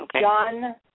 John